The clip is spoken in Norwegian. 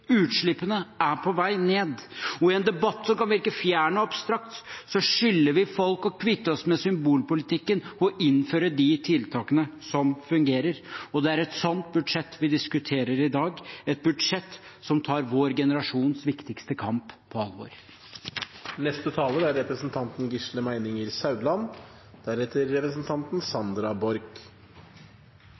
Utslippene er på vei ned. Og i en debatt som kan virke fjern og abstrakt, skylder vi folk å kvitte oss med symbolpolitikken og innføre de tiltakene som fungerer. Det er et slikt budsjett vi diskuterer i dag – et budsjett som tar vår generasjons viktigste kamp på alvor.